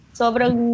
sobrang